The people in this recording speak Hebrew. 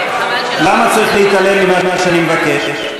למה צריך להתעלם ממה שאני מבקש?